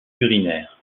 urinaires